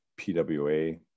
PWA